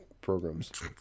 programs